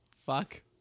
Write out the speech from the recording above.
fuck